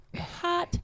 Hot